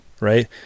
right